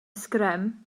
sgrym